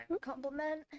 compliment